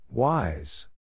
Wise